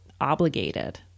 obligated